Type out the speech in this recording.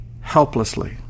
helplessly